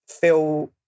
feel